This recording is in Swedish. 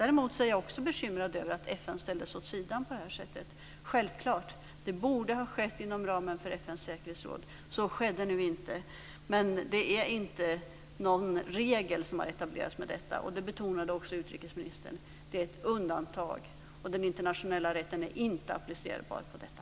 Däremot är jag också bekymrad över att FN ställdes åt sidan. Det borde självfallet ha skett inom ramen för FN:s säkerhetsråd. Så skedde nu inte. Men det är inte någon regel som har etablerats i och med detta. Det betonade också utrikesministern. Det är ett undantag. Den internationella rätten är inte applicerbar på detta.